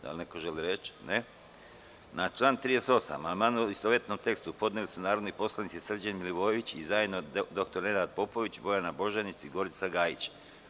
Da li neko želi reč? (Ne.) Na član 38. amandmane u istovetnom tekstu podneli su narodni poslanici Srđan Milivojević i zajedno dr Nenad Popović, Bojana Božanić i Gorica Gajić.